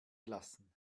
lassen